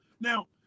Now